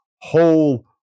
whole